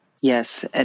Yes